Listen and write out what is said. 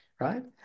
right